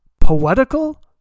poetical